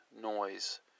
noise